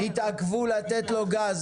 שהתעכבו לתת לו גז?